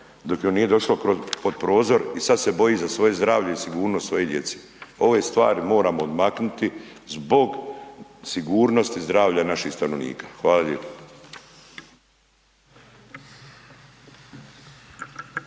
dok joj nije došlo pod prozor i sad se boji za svoje zdravlje i sigurnost svoje djece. Ove stvari moramo odmaknuti zbog sigurnosti zdravlja naših stanovnika. Hvala lijepo.